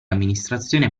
amministrazione